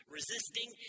Resisting